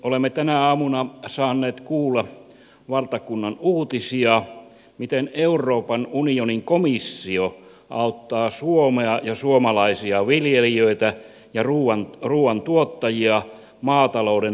olemme tänä aamuna saaneet kuulla valtakunnan uutisia miten euroopan unionin komissio auttaa suomea ja suomalaisia viljelijöitä ja ruuantuottajia maatalouden harjoittamisesta luopumisessa